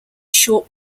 short